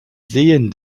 sehen